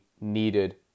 needed